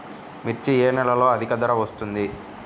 మిర్చి ఏ నెలలో అధిక ధర వస్తుంది?